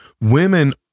Women